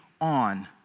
on